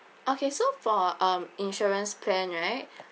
okay so for um insurance plan right